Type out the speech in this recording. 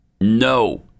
No